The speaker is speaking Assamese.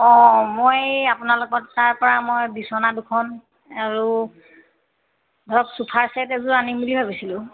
অঁ মই আপোনালোকৰ তাৰ পৰা মই বিচনা দুখন আৰু ধৰক চোফা ছেট এযোৰ আনিম বুলি ভাবিছিলোঁ